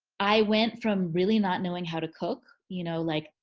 i went from really not knowing how to cook you know like,